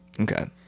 Okay